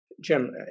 Jim